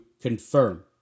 confirm